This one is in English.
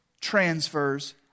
transfers